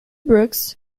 brooks